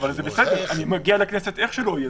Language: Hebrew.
אני מגיע לכנסת איך שלא יהיה,